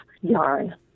yarn